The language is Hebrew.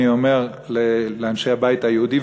אני אומר לאנשי הבית היהודי,